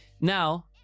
now